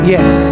Yes